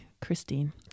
Christine